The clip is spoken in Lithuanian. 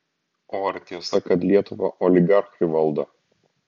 o ar tiesa kad lietuvą oligarchai valdo